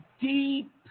deep